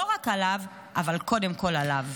לא רק עליו אבל קודם כול עליו.